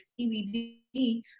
CBD